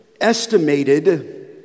estimated